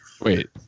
Wait